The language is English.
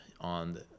on